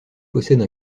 possède